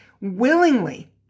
willingly